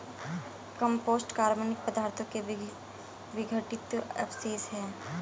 compost कार्बनिक पदार्थों के विघटित अवशेष हैं